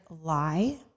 lie